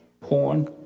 porn